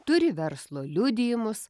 turi verslo liudijimus